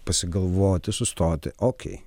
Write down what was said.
pasigalvoti sustoti okei